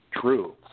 true